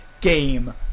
game